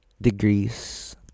degrees